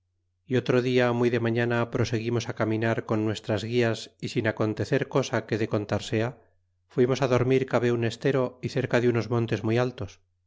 é otro dia muy demañana proseguimos á caminar con nuestras gu l as y sin acontecer cosa que de contar sea fuimos á dormir cabe un estero y cerca de unos montes muy altos